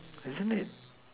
isn't it